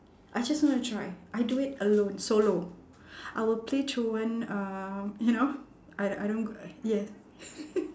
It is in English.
I just want to try I do it alone solo I will play truant um you know I I don't g~ uh yeah